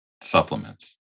supplements